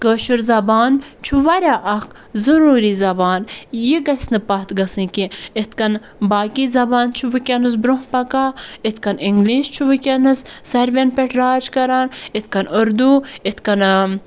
کٲشُر زَبان چھُ واریاہ اکھ ضٔروٗری زَبان یہِ گَژھِ نہٕ پَتھ گَژھٕنۍ کیٚنٛہہ یِتھ کٔنۍ باقی زبانہٕ چھُ وٕنۍکٮ۪نَس برٛونٛہہ پَکان یِتھ کٔنۍ اِنٛگلِش چھُ وٕنۍکٮ۪نَس ساروِیَن پٮ۪ٹھ راج کَران یِتھ کٔنۍ اردو یِتھ کٔنۍ